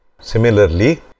Similarly